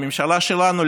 הממשלה שלנו,